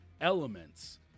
elements